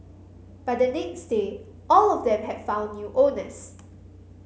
by the next day all of them had found new owners